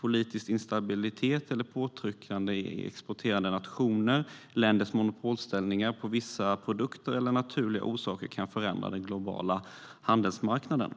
Politisk instabilitet eller påtryckningar i exporterande nationer, länders monopolställningar på vissa produkter eller naturliga orsaker kan förändra den globala handelsmarknaden.